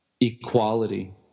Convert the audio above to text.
equality